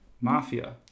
Mafia